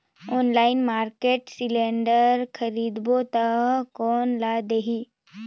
Online market cylinder खरीदबो ता कोन ला देही?